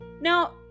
Now